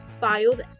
filed